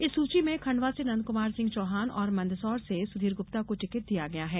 इस सूची में खंडवा से नंदकुमार सिंह चौहान और मंदसौर से सुधीर गुप्ता को टिकट दिया गया है